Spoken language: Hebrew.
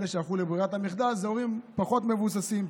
אלה שהלכו לברירת המחדל אלה הורים פחות מבוססים,